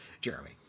Jeremy